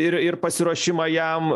ir ir pasiruošimą jam